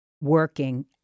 working